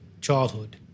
childhood